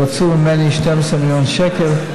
רצו ממני 12 מיליון שקל.